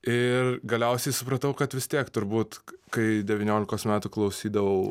ir galiausiai supratau kad vis tiek turbūt kai devyniolikos metų klausydavau